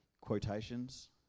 quotations